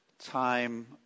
time